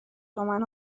تومن